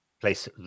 place